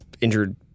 injured